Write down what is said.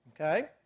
Okay